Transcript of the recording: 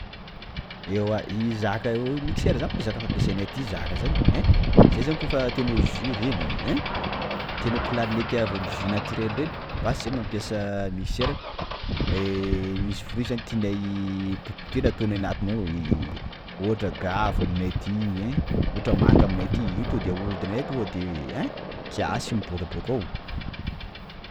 Ewa i zaka hoe: mixeur zany zaka fampiasa aminay aty zaka zany ein! _x000D_ Zay zany kôfa te hanao jus reny; ein! _x000D_ Te hanao clarinette avy amin'ny jus naturelle reny, basy zay mampiasa mixeur, misy fruit zeny tianay potipotehina ataoanay anatiny ao ohatra gavo aminay aty, ein! ohatra manga aminay aty, io to de ahodinay to de: ein! _x000D_ Kiasy io mibôaka bakao!